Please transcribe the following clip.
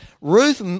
Ruth